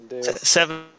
Seven